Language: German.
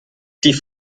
die